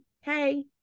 Hey